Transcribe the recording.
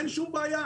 אין שום בעיה,